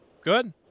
Good